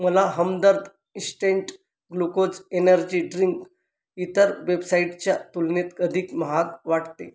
मला Hamdard instant glucose energy drink इतर वेबसाइटच्या तुलनेत अधिक महाग वाटते